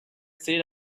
said